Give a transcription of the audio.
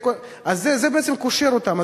אז זה בעצם קושר אותם.